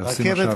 עושים עכשיו.